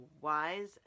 wise